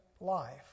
life